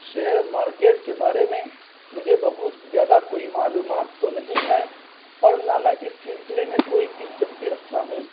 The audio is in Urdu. شیئر مارکیٹ کے بارے میں مجھے بہت زیادہ کوئی معلومات تو نہیں ہے اور نہ میں اس سلسلے میں کوئی دلچسپی رکھتا ہوں